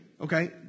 Okay